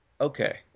Okay